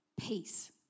peace